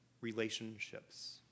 relationships